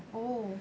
oh